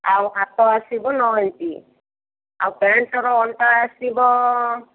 ଆଉ ହାତ ଆସିବ ନଅ ଇଞ୍ଚ୍ ଆଉ ପ୍ୟାଣ୍ଟର ଅଣ୍ଟା ଆସିବ